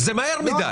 זה מהר מדי.